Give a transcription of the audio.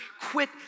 quit